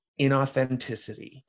inauthenticity